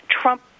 Trump